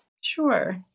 Sure